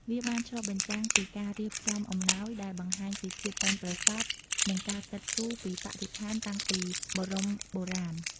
វាបានឆ្លុះបញ្ចាំងពី ការរៀបចំអំណោយ ដែលបង្ហាញពីភាពប៉ិនប្រសប់ និងការគិតគូរពីបរិស្ថានតាំងពីបរមបុរាណ។